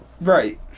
Right